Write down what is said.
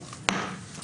הישיבה ננעלה בשעה 10:33.